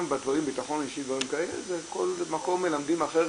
גם בביטחון אישי ודברים כאלה בכל מקום מלמדים אחרת.